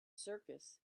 circus